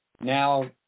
Now